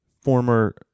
former